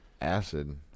acid